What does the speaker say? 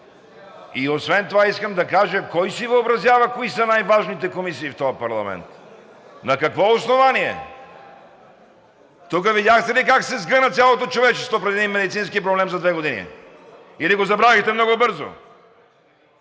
Освен това искам да кажа: кой си въобразява кои са най-важните комисии в този парламент, на какво основание? Тук видяхте ли как се сгъна цялото човечество при един медицински проблем за две години, или го забравихте много бързо?!